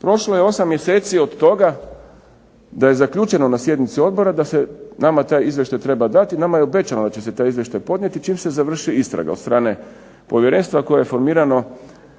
Prošlo je 8 mjeseci od toga je zaključeno na sjednici odbora da se nama taj izvještaj treba dati. Nama je obećano da će se taj izvještaj podnijeti čim se završi istraga od strane povjerenstva koje je formirano